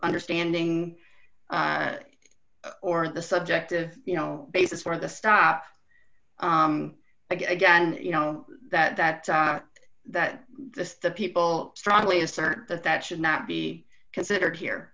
understanding or the subjective you know basis for the stop again you know that that that the the people strongly assert that that should not be considered here